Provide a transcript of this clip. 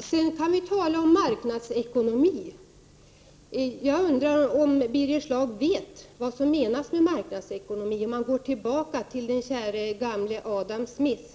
Sedan kan vi tala om marknadsekonomi. Jag undrar om Birger Schlaug vet vad som menas med marknadsekonomi. Låt oss gå tillbaka till gamle käre Adam Smith.